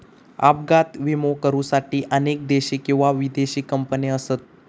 अपघात विमो करुसाठी अनेक देशी किंवा विदेशी कंपने असत